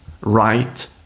right